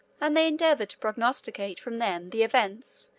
and they endeavored to prognosticate from them the events,